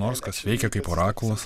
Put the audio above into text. nors kas veikia kaip orakulas